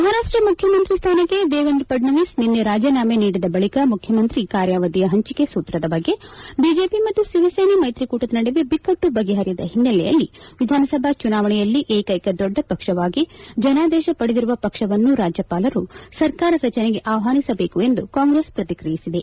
ಮಹಾರಾಷ್ಟ ಮುಖ್ಯಮಂತ್ರಿ ಸ್ಥಾನಕ್ಕೆ ದೇವೇಂದ್ರ ಫಡ್ನವೀಸ್ ನಿಸ್ನೆ ರಾಜೀನಾಮೆ ನೀಡಿದ ಬಳಕ ಮುಖ್ಯಮಂತ್ರಿ ಕಾರ್ಯಾವಧಿಯ ಪಂಚಿಕೆ ಸೂತ್ರದ ಬಗ್ಗೆ ಬಿಜೆಪಿ ಮತ್ತು ಶಿವಸೇನೆ ಮೈತ್ರಿಕೂಟದ ನಡುವೆ ಬಿಕ್ಕಟ್ವು ಬಗೆಹರಿಯದ ಹಿನ್ನೆಲೆಯಲ್ಲಿ ವಿಧಾನಸಭಾ ಚುನಾವಣೆಯಲ್ಲಿ ಏಕೈಕ ದೊಡ್ಡ ಪಕ್ಷವಾಗಿ ಜನಾದೇಶ ಪಡೆದಿರುವ ಪಕ್ಷವನ್ನು ರಾಜ್ಯಪಾಲರು ಸರ್ಕಾರ ರಚನೆಗೆ ಆಹ್ವಾನಿಸಬೇಕು ಎಂದು ಕಾಂಗ್ರೆಸ್ ಪ್ರತಿಕ್ರಿಯಿಸಿದೆ